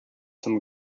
some